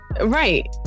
right